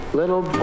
little